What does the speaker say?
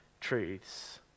truths